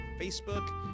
facebook